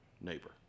neighbor